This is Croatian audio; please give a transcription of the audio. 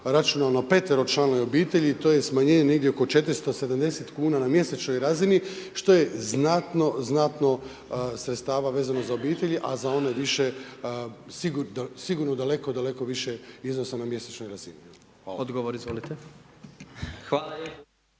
računao na peteročlanoj obitelji to je smanjenje negdje oko 470 kuna na mjesečnoj razini što je znatno, znatno sredstava vezano za obitelji a za one više sigurno daleko, daleko više iznosa na mjesečnoj razini. **Jandroković, Gordan